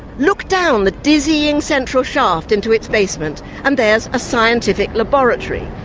look down the dizzying central shaft into its basement and there's a scientific laboratory.